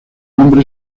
nombre